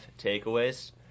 takeaways